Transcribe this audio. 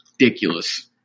ridiculous